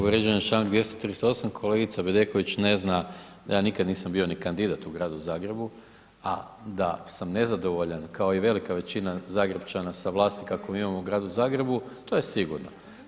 Povrijeđen je članak 238. kolegica Bedeković ne zna da ja nikada nisam bio ni kandidat u Gradu Zagrebu, a da sam nezadovoljan kao i velika većina Zagrepčana sa vlasti kakvu mi imamo u Gradu Zagrebu to je sigurno.